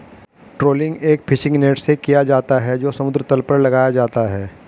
trawling एक fishing net से किया जाता है जो समुद्र तल पर लगाया जाता है